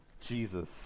Jesus